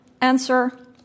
Answer